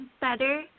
better